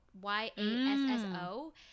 Y-A-S-S-O